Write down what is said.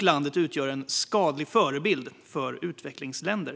Kina är också en skadlig förebild för utvecklingsländer.